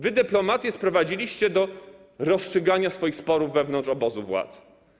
Wy dyplomację sprowadziliście do rozstrzygania swoich sporów wewnątrz obozu władzy.